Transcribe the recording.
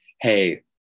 hey